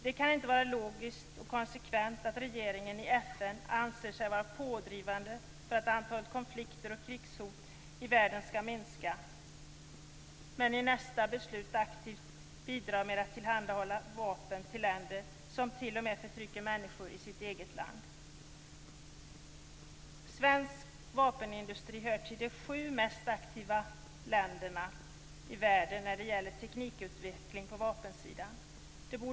Det kan inte vara logiskt och konsekvent att regeringen i FN anser sig vara pådrivande för att minska antalet konflikter och krigshot i världen samtidigt som man i nästa beslut aktivt bidrar med att tillhandahålla vapen för länder som t.o.m. förtrycker människor inom sina egna gränser. Sverige hör till de sju mest aktiva länderna i världen när det gäller teknikutveckling på vapensidan.